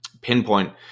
pinpoint